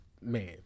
man